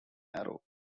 arrow